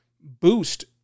boost